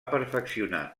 perfeccionar